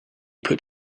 put